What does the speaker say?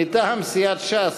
מטעם סיעת ש"ס.